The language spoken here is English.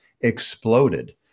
exploded